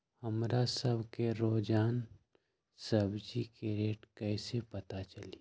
हमरा सब के रोजान सब्जी के रेट कईसे पता चली?